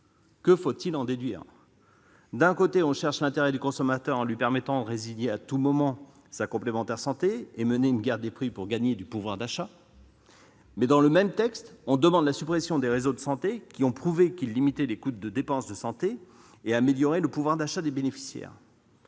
Que faut-il en déduire ? D'un côté, on cherche l'intérêt du consommateur en lui permettant de résilier à tout moment sa complémentaire santé et de mener une guerre des prix pour gagner du pouvoir d'achat ; de l'autre, dans le même texte, on souhaite la suppression des réseaux de santé, qui ont pourtant prouvé qu'ils limitaient les coûts de santé et amélioraient le pouvoir d'achat des bénéficiaires